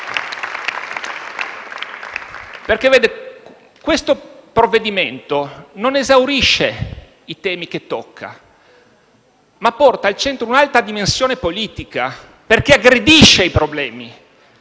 Colleghi, questo provvedimento non esaurisce i temi che tocca, ma porta al centro un'alta dimensione politica perché aggredisce i problemi,